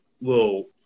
little